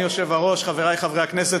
חברי חברי הכנסת,